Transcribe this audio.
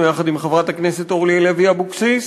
יחד עם חברת הכנסת אורלי לוי אבקסיס,